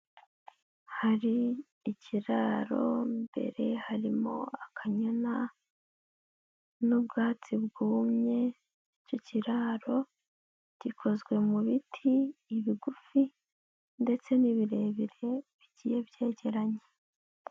Hari ikiraro, imbere harimo akanyana n'ubwatsi bwumye. Icyo kiraro gikozwe mu biti bigufi ndetse n'ibirebire bigiye byegeranye.